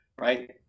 right